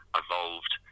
evolved